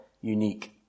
unique